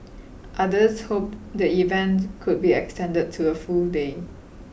others hoped the event could be extended to a full day